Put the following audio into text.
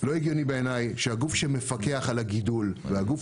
לא הגיוני בעיניי שהגוף שמפקח על הגידול והגוף